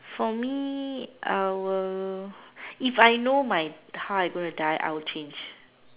for me I will if I know my how I going to die I will change